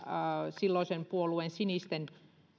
silloisen puolueen sinisten